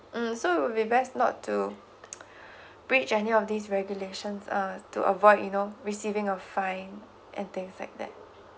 mm so it'll be best not to breach any of these regulations err to avoid you know receiving a fine and things like that